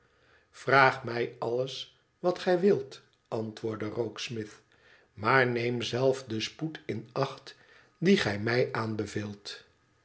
vraag mij alles wat gij wilt antwoordde rokesmith i maar neem zelf den spoed in acht dien gij mij